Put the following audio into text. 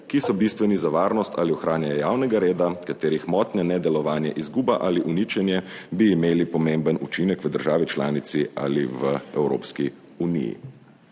ki so bistveni zavarnost ali ohranjanje javnega reda, katerih motnja, nedelovanje, izguba ali uničenje bi imeli pomemben učinek v državi članici ali v Evropski uniji.